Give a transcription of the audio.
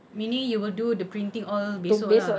meaning you will do the printing all besok lah